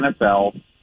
NFL